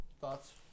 Thoughts